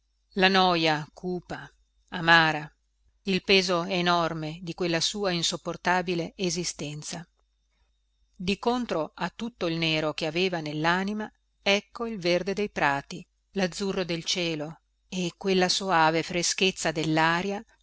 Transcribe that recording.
la noja cupa amara il peso enorme di quella sua insopportabile esistenza di contro a tutto il nero che aveva nellanima ecco il verde dei prati lazzurro del cielo e quella soave freschezza dellaria